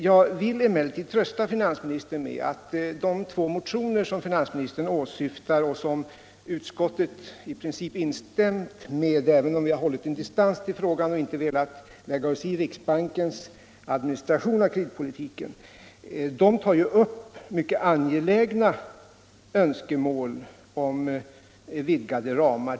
Jag vill emellertid trösta finansministern med att de två motioner som finansministern åsyftar och som utskottet i princip instämt i, även om vi hållit en distans till frågan och inte velat lägga oss i riksbankens administration av kreditpolitiken, tar upp mycket angelägna öns kemål om vidgade ramar.